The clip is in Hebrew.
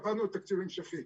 עבדנו על תקציב המשכי.